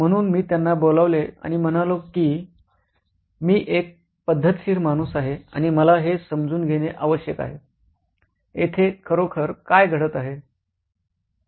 म्हणून मी त्यांना बोलावले आणि म्हणालो की मी एक पद्धतशीर माणूस आहे आणि मला हे समजून घेणे आवश्यक आहे येथे खरोखर काय घडत आहे